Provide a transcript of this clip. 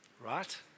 Right